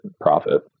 profit